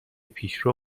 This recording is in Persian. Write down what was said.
پیشرو